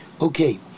Okay